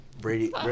Brady